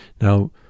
Now